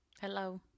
hello